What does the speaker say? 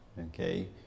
Okay